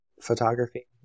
photography